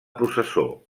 processó